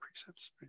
precepts